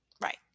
right